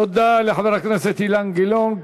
תודה לחבר הכנסת אילן גילאון.